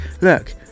look